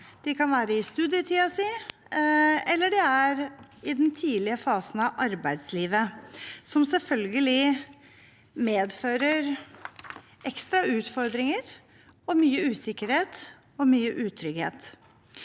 De kan være midt i studietiden eller i en tidlig fase av arbeidslivet, noe som selvfølgelig medfører ekstra utfordringer, mye usikkerhet og mye utrygghet.